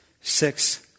six